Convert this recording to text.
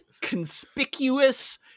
conspicuous